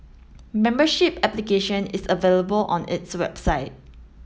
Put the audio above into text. membership application is available on its website